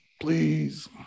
please